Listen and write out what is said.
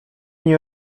nie